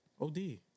OD